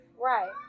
Right